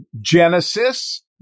Genesis